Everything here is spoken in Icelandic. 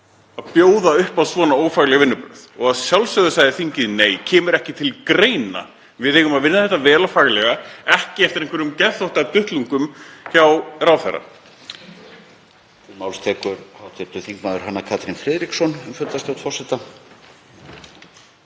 að bjóða upp á svona ófagleg vinnubrögð. Að sjálfsögðu sagði þingið: Nei, kemur ekki til greina. Við eigum að vinna þetta vel og faglega, ekki eftir einhverjum geðþóttaduttlungum hjá ráðherra.